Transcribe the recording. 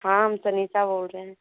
हाँ हम सुनीता बोल रहे हैं